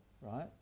right